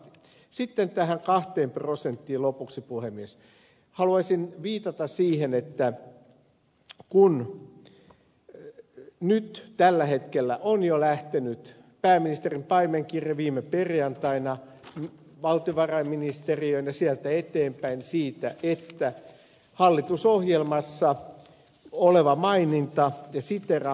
sitten tämän kahden prosentin osalta lopuksi puhemies haluaisin viitata siihen että nyt tällä hetkellä on jo lähtenyt pääministerin paimenkirje viime perjantaina valtiovarainministeriöön ja sieltä eteenpäin siitä että hallitusohjelmassa on maininta ja siteeraan hallitusohjelmaa